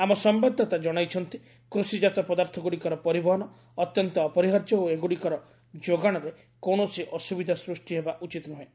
ଆମ ସମ୍ଘାଦଦାତା ଜଣାଇଛନ୍ତି କୃଷିକାତ ପଦାର୍ଥଗୁଡ଼ିକର ପରିବହନ ଅତ୍ୟନ୍ତ ଅପରିହାର୍ଯ୍ୟ ଓ ଏଗ୍ରଡ଼ିକର ଯୋଗାଣରେ କୌଣସି ଅସୁବିଧା ସୃଷ୍ଟି ହେବା ଉଚିତ୍ ନୁହେଁ